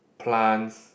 plants